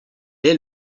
est